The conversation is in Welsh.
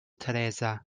teresa